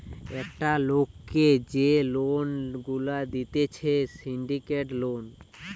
একটা লোককে যে লোন গুলা দিতেছে সিন্ডিকেট লোন